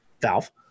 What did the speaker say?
Valve